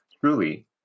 truly